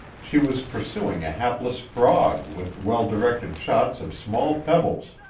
she was pursuing a hapless frog with well-directed shots of small pebbles,